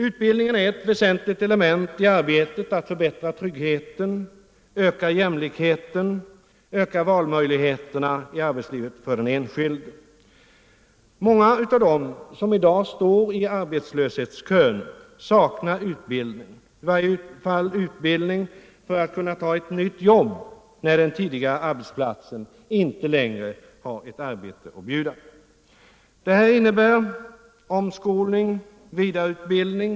Utbildning är ett väsentligt element i arbetet att förbättra tryggheten, öka jämlikheten och förbättra valmöjligheterna i arbetslivet för den enskilde. Många av dem som i dag står i arbetslöshetskön saknar utbildning — i varje fall tillräcklig utbildning för att ta ett nytt jobb när den tidigare arbetsplatsen inte längre har ett arbete att bjuda. Detta innebär omskolning och vidareutbildning.